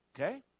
Okay